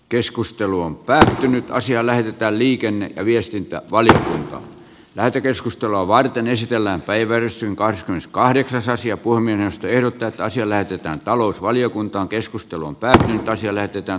keskustelu on päättynyt ja asia lähetetään liikenne viestintä oli lähetekeskustelua varten esitellään päivärysyn korsnäs kahdeksasosia kun minä en ota tai siellä pitää talousvaliokunta keskustelun pään asia lähetetään